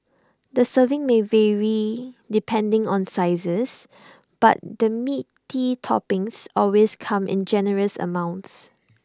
the serving may vary depending on sizes but the meaty toppings always come in generous amounts